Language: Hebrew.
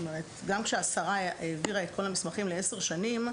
גם כשהשרה העבירה את כל המסמכים לעשר שנים,